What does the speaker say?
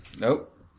Nope